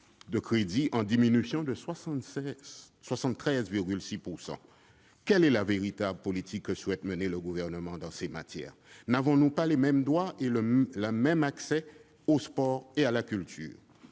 de crédits, en diminution de 73,6 %. Quelle est la véritable politique que souhaite mener le Gouvernement dans ces matières ? N'avons-nous pas les mêmes droits et le même accès au sport et à culture ?